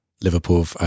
Liverpool